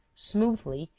smoothly,